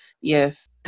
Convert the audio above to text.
Yes